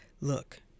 look